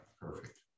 Perfect